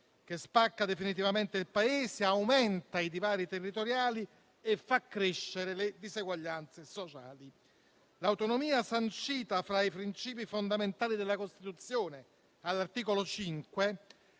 che spacca definitivamente il Paese, aumenta i divari territoriali e fa crescere le diseguaglianze sociali. L'autonomia sancita fra i principi fondamentali della Costituzione, all'articolo 5,